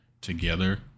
together